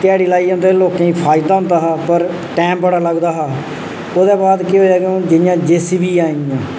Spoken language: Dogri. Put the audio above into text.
ध्याड़ी लाइयै लोकें ई फायदा होंदा हा पर टैम बड़ा लगदा हा ओह्दा बाद केह् होआ कि हून जि'यां जे सी बी आईयां